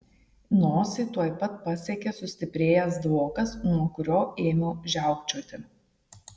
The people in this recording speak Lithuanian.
nosį tuoj pat pasiekė sustiprėjęs dvokas nuo kurio ėmiau žiaukčioti